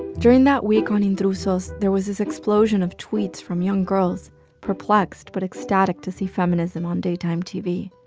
during that week on intrusos, there was this explosion of tweets from young girls perplexed but ecstatic to see feminism on daytime tv.